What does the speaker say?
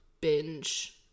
binge-